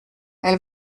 elle